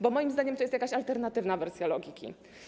Bo moim zdaniem to jest jakaś alternatywna wersja logiki.